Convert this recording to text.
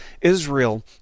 Israel